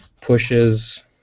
pushes